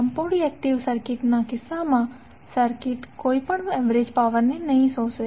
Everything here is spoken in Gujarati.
પ્યોર્લી રિએકટીવ સર્કિટના કિસ્સામાં સર્કિટ કોઇ એવરેજ પાવર ને નહીં શોષે